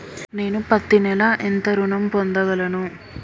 నేను పత్తి నెల ఎంత ఋణం పొందగలను?